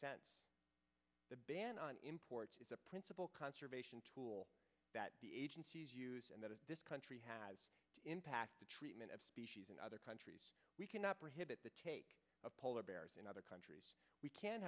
sense the ban on imports is a principle conservation tool that the agencies use and that in this country has impact the treatment of species in other countries we cannot prohibit the take of polar bears in other countries we can